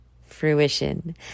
fruition